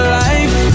life